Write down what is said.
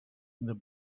the